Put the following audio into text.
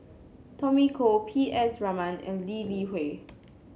Tommy Koh P S Raman and Lee Li Hui